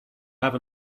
have